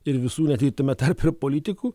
ir visų net jei tame tarpe ir politikų